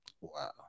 Wow